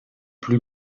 plus